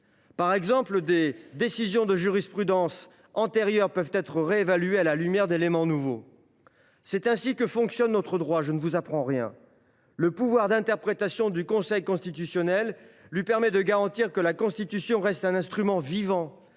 Par exemple, des décisions relevant d’une jurisprudence antérieure peuvent évoluer à la lumière d’éléments nouveaux. C’est ainsi que fonctionne notre droit, je ne vous apprends rien. Le pouvoir d’interprétation du Conseil constitutionnel garantit que la Constitution reste un instrument vivant,